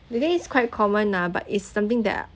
today it's quite common ah but it's something that